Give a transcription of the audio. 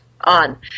on